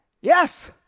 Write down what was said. Yes